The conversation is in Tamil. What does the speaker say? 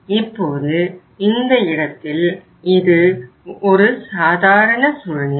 இப்போது இந்த இடத்தில் இது ஒரு சாதாரண சூழ்நிலை